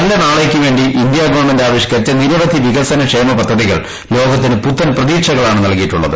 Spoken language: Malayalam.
നല്ല നാളേക്ക് വ്യേണ്ടീ ഇന്ത്യാ ഗവൺമെന്റ് ആവിഷ്ക്കരിച്ച നിരവധി വികസന ക്ഷേമ പദ്ധതിക്ക് ലോകത്തിന് പുത്തൻ പ്രതീക്ഷകളാണ് നൽകിയിട്ടുള്ളത്